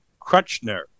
Krutchner